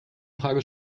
frage